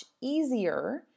easier